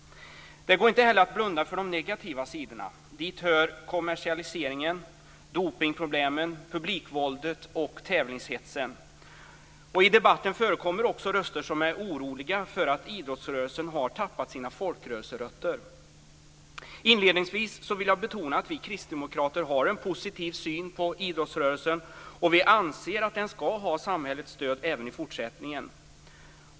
Det går inte heller att blunda för de negativa sidorna. Dit hör kommersialiseringen, dopningsproblemen, publikvåldet och tävlingshetsen. I debatten förekommer också röster från dem som är oroliga för att idrottsrörelsen har tappat sina folkrörelserötter. Inledningsvis vill jag betona att vi kristdemokrater har en positiv syn på idrottsrörelsen och anser att den ska ha samhällets stöd även i fortsättningen.